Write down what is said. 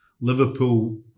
Liverpool